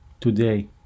Today